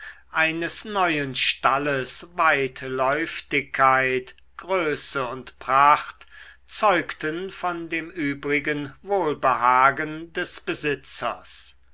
eines neuen stalles weitläuftigkeit größe und pracht zeugten von dem übrigen wohlbehagen des besitzers